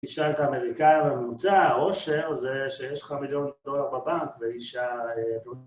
כשאתה אמריקאי וממוצע העושר זה שיש לך מיליון דולר בבנק ואישה...